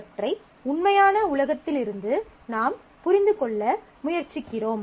அவற்றை உண்மையான உலகத்திலிருந்து நாம் புரிந்துகொள்ள முயற்சிக்கிறோம்